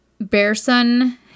Bearson